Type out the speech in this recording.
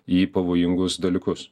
į pavojingus dalykus